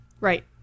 Right